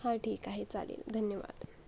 हां ठीक आहे चालेल धन्यवाद